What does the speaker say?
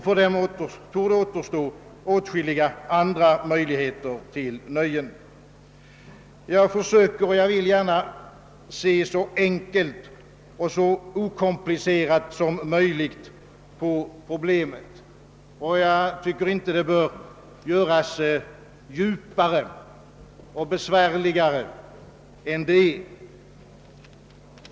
För dem torde det också finnas åtskilliga andra möjligheter till nöjen. Jag vill gärna se så enkelt och okomplicerat som möjligt på problemet och tycker inte att det bör göras djupare och besvärligare än det är.